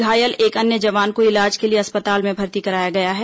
घायल एक अन्य जवान को इलाज के लिए अस्पताल में भर्ती कराया गया है